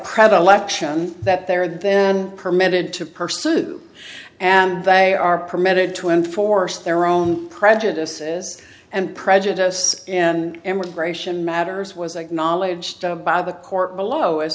predilection that they are then permitted to pursue and they are permitted to enforce their own prejudices and prejudice and immigration matters was acknowledged by the court below